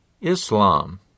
Islam